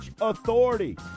Authority